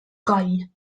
coll